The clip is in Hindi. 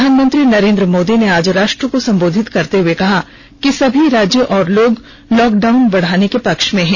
प्रधानमंत्री नरेन्द्र मोदी ने आज राष्ट्र को संबोधित करते हुए कहा कि सभी राज्य और लोग लॉकडाउन बढ़ाने के पक्ष में हैं